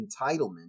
entitlement